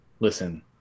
listen